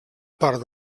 part